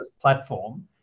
platform